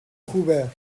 خوبه